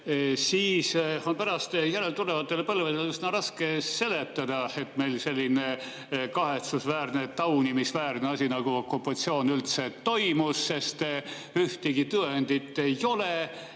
siis on pärast järeltulevatele põlvedele üsna raske seletada, et meil selline kahetsusväärne, taunimisväärne asi nagu okupatsioon üldse toimus, sest ühtegi tõendit ei ole?